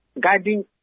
guiding